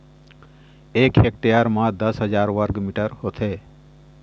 एक हेक्टेयर म दस हजार वर्ग मीटर होथे